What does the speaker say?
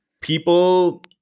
people